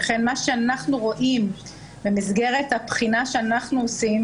שכן מה שאנחנו רואים במסגרת הבחינה שאנחנו עושים,